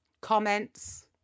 Comments